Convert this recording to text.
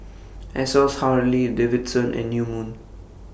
Asos Harley Davidson and New Moon